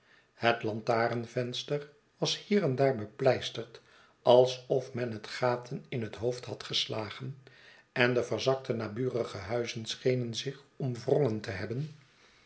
het lantarenvenster was hier en daar bepieisterd alsof men het gaten in het hoofd had geslagen en de verzakte naburige huizen schenen zich omgewrongen te hebben